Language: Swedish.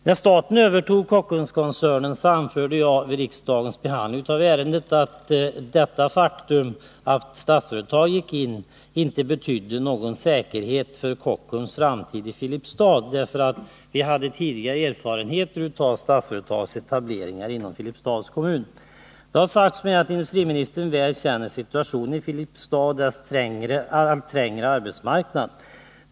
När staten övertog Kockumskoncernen, anförde jag vid riksdagens behandling av ärendet att det faktum att Statsföretag gick in inte betydde någon säkerhet för Kockums framtid i Filipstad. Vi hade nämligen tidigare erfarenheter av Statsföretags etableringar inom Filipstads kommun. Det har sagts mig att industriministern väl känner till situationen i Filipstad och dess allt trängre arbetsmarknad.